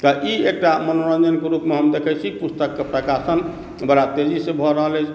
तऽ ई एकटा मनोरञ्जनके रुपमे हम देखै छी पुस्तकके प्रकाशन बड़ा तेजी से भऽ रहल अछि